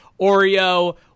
Oreo